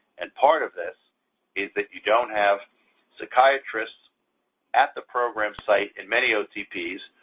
and part of this is that you don't have psychiatrists at the program site in many otps,